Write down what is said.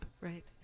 Right